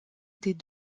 des